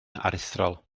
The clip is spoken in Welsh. aruthrol